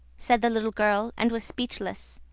said the little girl, and was speechless.